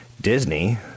Disney